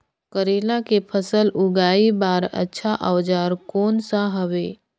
करेला के फसल उगाई बार अच्छा औजार कोन सा हवे?